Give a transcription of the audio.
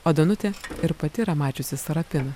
o danutė ir pati yra mačiusi sarapiną